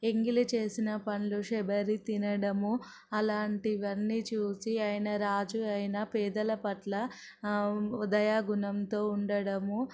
ఎంగిలి చేసిన పండ్లు శబరి తినడము అలాంటివన్నీ చూసి ఆయన రాజు అయిన పేదల పట్ల హృదయ గుణంతో ఉండడము